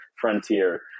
frontier